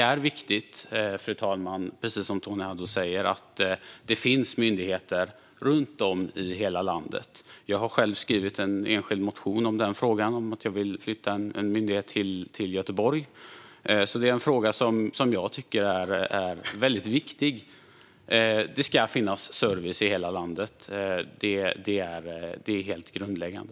Fru talman! Precis som Tony Haddou säger är det viktigt att det finns myndigheter runt om i hela landet. Jag tycker själv att det är en väldigt viktig fråga och har därför skrivit en enskild motion om att jag vill flytta en myndighet till Göteborg. Det ska finnas service i hela landet. Det är helt grundläggande.